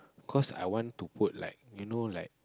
cause I want to put like you know like